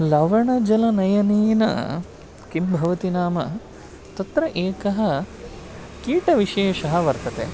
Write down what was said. लवणजलनयनेन किं भवति नाम तत्र एकः कीटविशेषः वर्तते